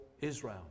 Israel